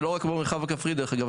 זה לא רק המרחב הכפרי דרך אגב,